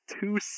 Two